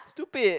stupid